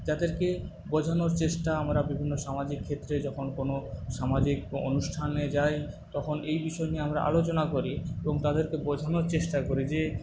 যাদেরকে বোঝানোর চেষ্টা আমরা বিভিন্ন সামাজিক ক্ষেত্রে যখন কোনো সামাজিক অনুষ্ঠানে যাই তখন এই বিষয় নিয়ে আমরা আলোচনা করি এবং তাদেরকে বোঝানোর চেষ্টা করি যে